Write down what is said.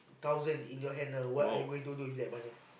thousand in your hand now what are you going to do with that money